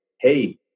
hey